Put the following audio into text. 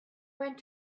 went